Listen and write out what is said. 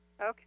Okay